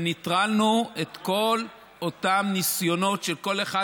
נטרלנו את כל אותם ניסיונות של כל אחד